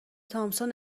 تامسون